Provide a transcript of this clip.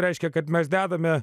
reiškia kad mes dedame